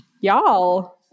Y'all